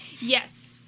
yes